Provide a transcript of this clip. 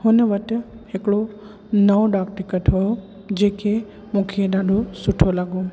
हुन वटि हिकिड़ो नओं डाक टिकट हुओ जंहिंखें मूंखे ॾाढो सुठो लॻो